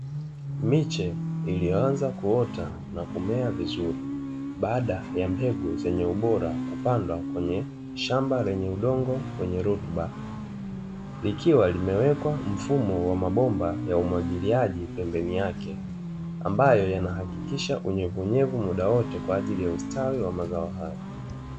Miche iliyoanza kuota na kumea vizuri baada ya mbegu bora kupandwa kwenye udongo wenye rutuba, likiwa limewekwa mfumo wa mabomba ya umwajiliaji pembeni yake, ambayo yanahakikisha unyevunyevu muda wote kwa ajili ya ustawi wa mazao hayo.